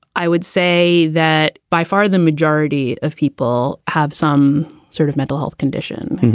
i would say that by far the majority of people have some sort of mental health condition.